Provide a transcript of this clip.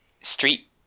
street